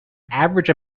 average